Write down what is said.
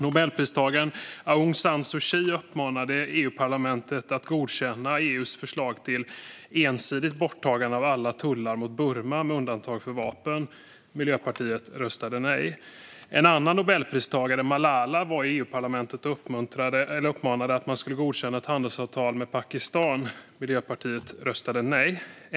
Nobelpristagaren Aung San Suu Kyi uppmanade EU-parlamentet att godkänna EU:s förslag till ensidigt borttagande av alla tullar mot Burma med undantag för vapen. Miljöpartiet röstade nej. En annan nobelpristagare, Malala Yousafzai, var i EU-parlamentet och uppmanade att man skulle godkänna ett handelsavtal med Pakistan. Miljöpartiet röstade nej.